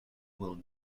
will